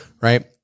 right